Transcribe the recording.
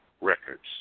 records